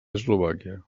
eslovàquia